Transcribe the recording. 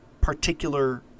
particular